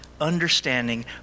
understanding